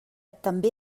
també